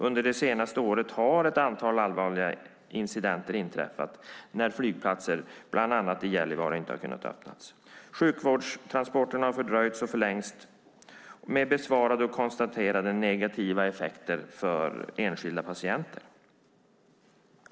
Under det senaste året har ett antal allvarliga incidenter inträffat när flygplatser bland annat i Gällivare inte har kunnat öppnas. Sjukvårdstransporter har fördröjts och förlängts med befarade och konstaterade negativa konsekvenser för enskilda patienter.